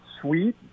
sweet